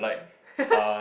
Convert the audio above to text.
uh